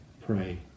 pray